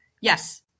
Yes